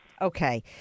Okay